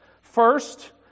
First